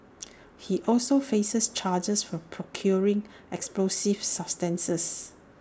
he also faces charges for procuring explosive substances